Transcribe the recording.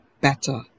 better